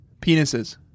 penises